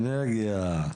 האנרגיה,